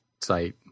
site